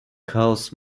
house